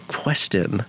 question